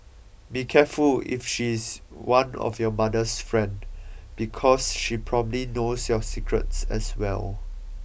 be careful if she's one of your mother's friend because she probably knows your secrets as well